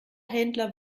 händler